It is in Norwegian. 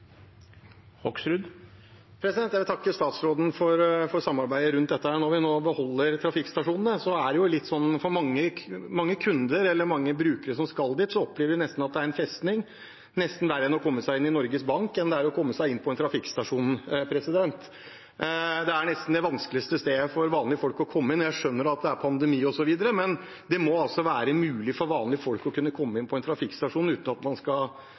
det sånn at mange kunder og brukere som skal dit, opplever at det nesten er en festning. Det er nesten verre å komme seg inn på en trafikkstasjon enn det er å komme seg inn i Norges Bank. Det er nesten det vanskeligste stedet for vanlige folk å komme inn. Jeg skjønner at det er pandemi osv., men det må altså være mulig for vanlige folk å kunne komme inn på en trafikkstasjon uten at man skal